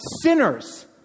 sinners